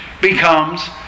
becomes